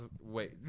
Wait